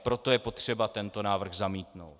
Proto je potřeba tento návrh zamítnout.